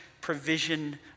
provision